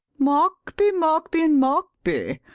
markby, markby, and markby?